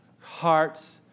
hearts